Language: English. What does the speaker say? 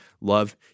love